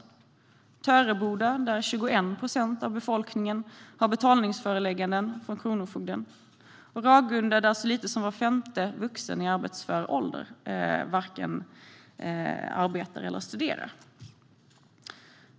I Töreboda har 21 procent av befolkningen betalningsförelägganden från kronofogden, och i Ragunda arbetar eller studerar så lite som var femte vuxen i arbetsför ålder.